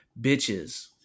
bitches